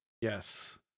Yes